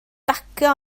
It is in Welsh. bacio